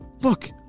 Look